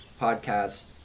podcast